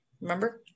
remember